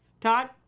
Todd